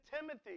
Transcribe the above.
Timothy